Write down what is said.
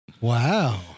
Wow